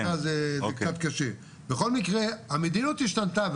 בכל מקרה המדיניות השתנתה,